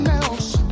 else